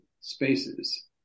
spaces